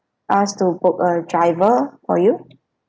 us to book a driver for you